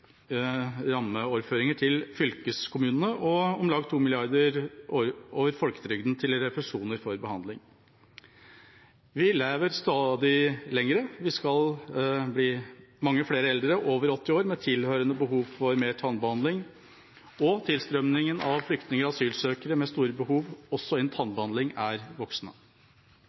rammeoverføringer til fylkeskommunene og om lag 2 mrd. kr over folketrygden til refusjoner for behandling. Vi lever stadig lenger, vi skal bli mange flere eldre over 80 år med tilhørende behov for mer tannbehandling, og tilstrømningen av flyktninger og asylsøkere med store behov også